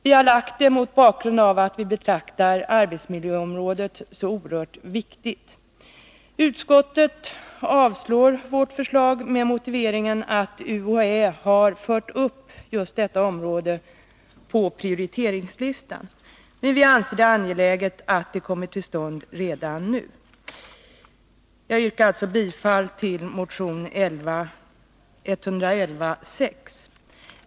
Vi har lagt fram detta förslag mot bakgrund av att vi betraktar arbetsmiljöområdet som så oerhört viktigt. Utskottet avstyrker vårt förslag med motiveringen att UHÄ har fört upp just detta område på prioriteringslistan. Men vi anser att det är angeläget att detta kommer till stånd redan nu. Jag yrkar bifall till motion 1116.